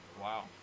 Wow